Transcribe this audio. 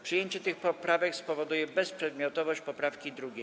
Przyjęcie tych poprawek spowoduje bezprzedmiotowość poprawki 2.